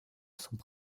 sont